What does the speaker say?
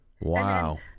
Wow